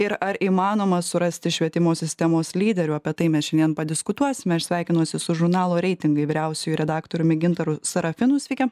ir ar įmanoma surasti švietimo sistemos lyderių apie tai mes šiandien padiskutuosime aš sveikinuosi su žurnalo reitingai vyriausiuoju redaktoriumi gintaru sarafinu sveiki